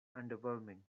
underwhelming